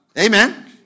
Amen